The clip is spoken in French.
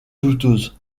douteuse